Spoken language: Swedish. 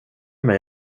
mig